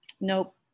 nope